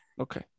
Okay